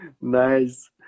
Nice